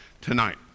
tonight